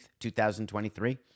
2023